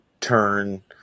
turn